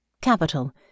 Capital